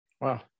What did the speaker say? Wow